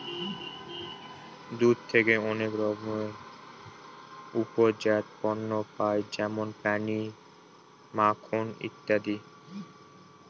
দুধ থেকে অনেক রকমের উপজাত পণ্য পায় যেমন পনির, মাখন ইত্যাদি